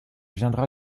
viendra